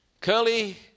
Curly